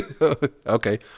okay